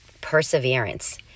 perseverance